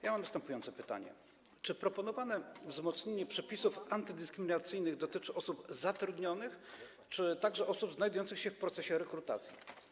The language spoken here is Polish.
Ja mam następujące pytanie: Czy proponowane wzmocnienie przepisów antydyskryminacyjnych dotyczy osób zatrudnionych, czy także osób znajdujących się w procesie rekrutacji?